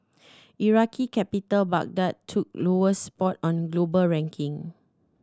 Iraqi capital Baghdad took lowest spot on global ranking